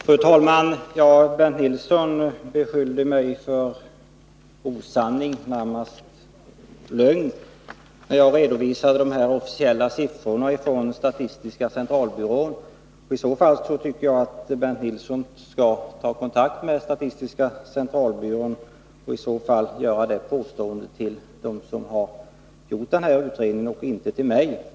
Fru talman! Bernt Nilsson beskyllde mig för osanning och närmast för lögn, när jag redovisade dessa officiella siffror från statistiska centralbyrån. Jag tycker att Bernt Nilsson skall ta kontakt med statistiska centralbyrån och göra detta påstående till dem som gjort denna utredning och inte till mig.